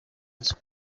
inzu